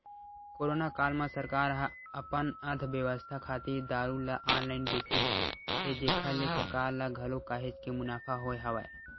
corona काल म सरकार ह अपन अर्थबेवस्था खातिर दारू ल ऑनलाइन बेचिस हे जेखर ले सरकार ल घलो काहेच के मुनाफा होय हवय